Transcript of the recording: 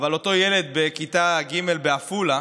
אבל אותו ילד בכיתה ג' בעפולה